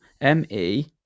M-E